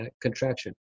contraction